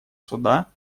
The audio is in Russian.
суда